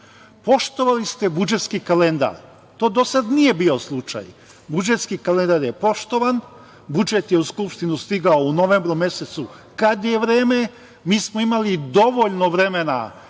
poštovali ste budžetski kalendar. To do sada nije bio slučaj. Budžetski kalendar je poštovan. Budžet je u Skupštinu stigao u novembru mesecu kada je vreme. Imali smo dovoljno vremena